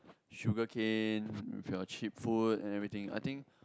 sugar cane with your cheap food and everything I think